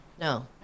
no